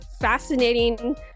fascinating